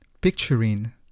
picturing